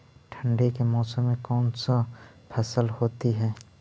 ठंडी के मौसम में कौन सा फसल होती है?